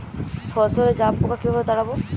ফসলে জাবপোকা কিভাবে তাড়াব?